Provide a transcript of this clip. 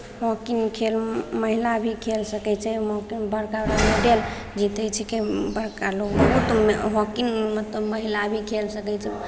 hockey खेल महिला भी खेल सकै छै मक बड़का बड़का मैडल जीतै छिकै बड़का लोक हॉकीमे मतलब महिला भी खेल सकै छै